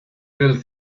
build